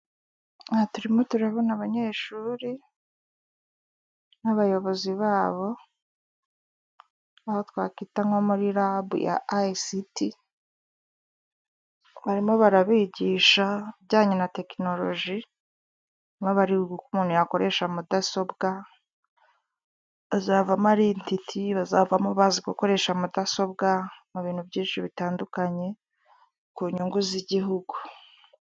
Aha turimo turabona abanyeshuri n'abayobozi babo, aho twa kwita nko muri rabo ya ayisiti, barimo barabigisha ibijyanye na tekinoloji, barimo bariga uko umuntu yakoresha mudasobwa , bazavamo ari intiti, bazavamo bazi gukoresha mudasobwa mu bintu byinshi bitandukanye ku nyungu z'igihugu.